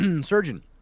Surgeon